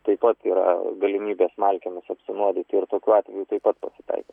taip pat yra galimybė smalkėmis apsinuodyt ir tokių atvejų taip pat pasitaiko